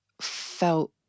felt